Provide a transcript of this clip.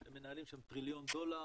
הם מנהלים שם טריליון דולר,